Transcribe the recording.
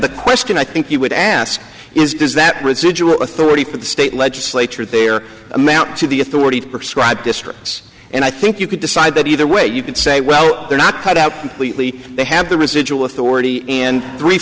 the question i think you would ask is does that residual authority for the state legislature there amount to the authority of prescribe districts and i think you could decide that either way you could say well they're not cut out they have the residual authority and three